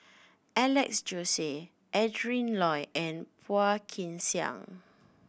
Alex Josey Adrin Loi and Phua Kin Siang